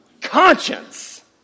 conscience